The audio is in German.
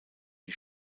die